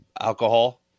alcohol